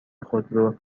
خودرو